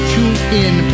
TuneIn